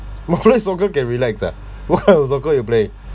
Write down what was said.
online soccer can relax ah wife also go and play